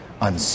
on